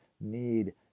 need